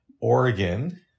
Oregon